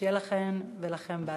שיהיה לכן ולכם בהצלחה.